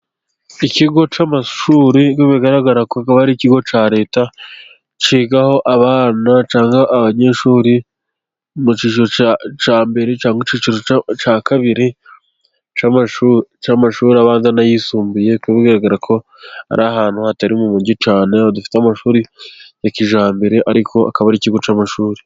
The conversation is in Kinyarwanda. Ikigo cy'amashuri bigaragara ko aba ari ikigo cya Leta, kigaho abana cyangwa abanyeshuri mu kiciro cya mbere, cyangwa ikiciro cya kabiri cy'amashuri abanza n'ayisumbuye. Kuko bigaragara ko ari ahantu hatari mu mujyi cyane, hadafite amashuri ya kijyambere, ariko akaba ari ikigo cy'amashuri.